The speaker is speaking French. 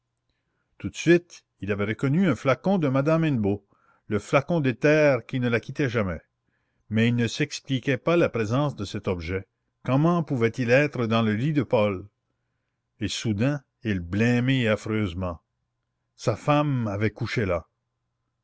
tout de suite il avait reconnu un flacon de madame hennebeau le flacon d'éther qui ne la quittait jamais mais il ne s'expliquait pas la présence de cet objet comment pouvait-il être dans le lit de paul et soudain il blêmit affreusement sa femme avait couché là